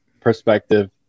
perspective